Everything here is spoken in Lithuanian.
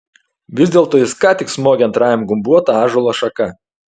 vis dėlto jis ką tik smogė antrajam gumbuota ąžuolo šaka